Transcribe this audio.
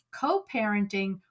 Co-parenting